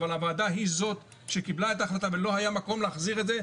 אבל הוועדה היא זאת שקיבלה את ההחלטה ולא היה מקום להחזיר את זה,